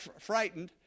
frightened